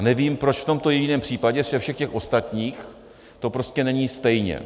Nevím, proč v tomto jediném případě ze všech těch ostatních to prostě není stejně.